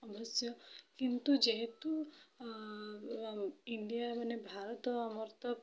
ଅବଶ୍ୟ କିନ୍ତୁ ଯେହେତୁ ଇଣ୍ଡିଆ ମାନେ ଭାରତ ଆମର ତ